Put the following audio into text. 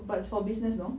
but it's for business no